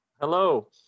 Hello